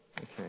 Okay